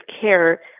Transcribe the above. care